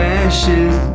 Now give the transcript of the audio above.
ashes